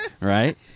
right